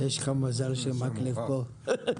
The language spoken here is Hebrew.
יש לך מזל שמקלב כאן.